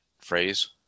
phrase